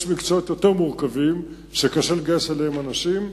יש מקצועות יותר מורכבים, שקשה לגייס אליהם אנשים,